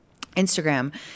Instagram